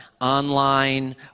online